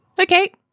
Okay